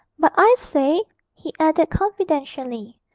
but i say he added confidentially,